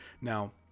Now